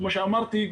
כמו שאמרתי,